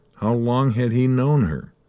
how long had he known her?